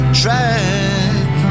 track